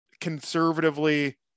conservatively